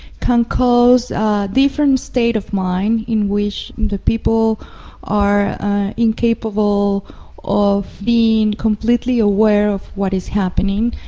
can cause a different state of mind in which the people are incapable of being completely aware of what is happening.